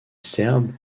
serbe